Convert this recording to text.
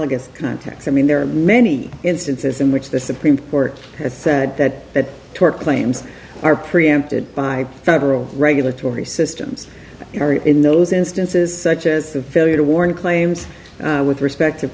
context i mean there are many instances in which the supreme court has said that that tort claims are preempted by federal regulatory systems area in those instances such as the failure to warn claims with respect to